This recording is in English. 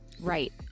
Right